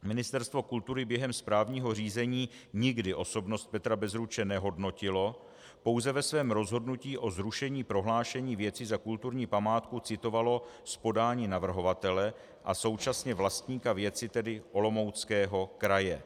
Ministerstvo kultury během správního řízení nikdy osobnost Petra Bezruče nehodnotilo, pouze ve svém rozhodnutí o zrušení prohlášení věci za kulturní památku citovalo z podání navrhovatele a současně vlastníka věci, tedy Olomouckého kraje.